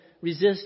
resist